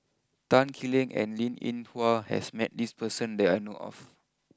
Tan Lee Leng and Linn in Hua has met this person that I know of